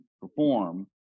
perform